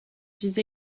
vise